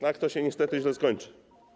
Tak to się niestety źle skończy.